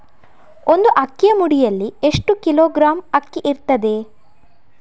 ಒಂದು ಅಕ್ಕಿಯ ಮುಡಿಯಲ್ಲಿ ಎಷ್ಟು ಕಿಲೋಗ್ರಾಂ ಅಕ್ಕಿ ಇರ್ತದೆ?